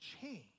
change